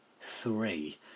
three